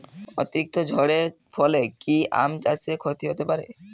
অতিরিক্ত ঝড়ের ফলে কি আম চাষে ক্ষতি হতে পারে?